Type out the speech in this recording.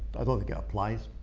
i don't think it applies.